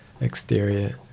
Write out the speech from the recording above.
exterior